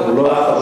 וכמה כתבי אישום.